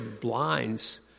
blinds